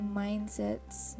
mindset's